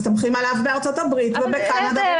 מסתמכים עליו בארצות הברית ובקנדה --- אבל בסדר,